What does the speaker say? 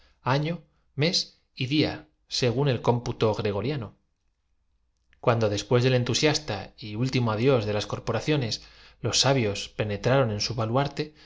punto día según el cómputo gregoriano deseado la limpieza tenía lugar por el mismo proce cuando después del entusiasta y último adiós de las dimiento unas escobas mecánicas barrían los espacios corporaciones los sábios penetraron en su baluarte